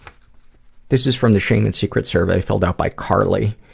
this is from the shame and secret survey filled out by carly.